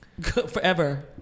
Forever